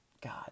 God